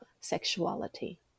sexuality